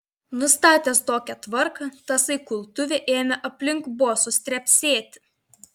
nustatęs tokią tvarką tasai kultuvė ėmė aplink bosus trepsėti